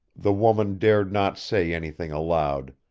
the woman dared not say anything aloud,